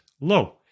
low